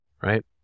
right